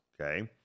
okay